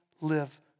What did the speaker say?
live